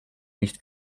nicht